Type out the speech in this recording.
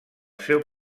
seu